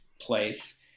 place